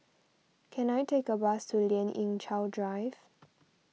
can I take a bus to Lien Ying Chow Drive